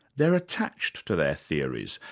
they're attached to their theories,